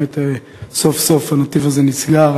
סוף-סוף הנתיב הזה נסגר.